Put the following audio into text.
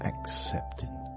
accepting